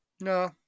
No